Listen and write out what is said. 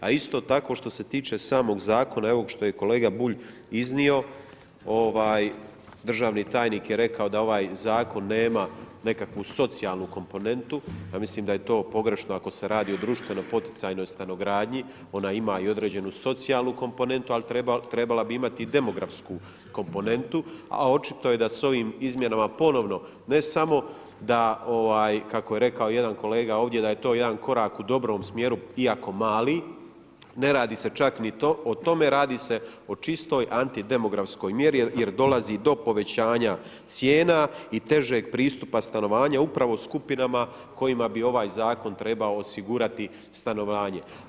A isto tako što se tiče samog zakona i ovog što je kolega Bulj iznio državni tajnik je rekao da ovaj zakon nema nekakvu socijalnu komponentu a mislim da je to pogrešno ako se radi o društveno poticajnoj stanogradnji, ona ima i određenu socijalnu komponentu ali trebala bi imati i demografsku komponentu a očito je da s ovim izmjenama ponovno, ne samo da kako je rekao jedan kolega ovdje da je to jedan korak u dobrom smjeru iako mali, ne radi se čak o tome, radi se o čistoj antidemografskoj mjeri jer dolazi do povećanja cijena u težeg pristupa stanovanja upravo skupinama kojima bi ovaj zakon treba osigurati stanovanje.